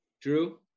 Drew